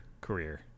career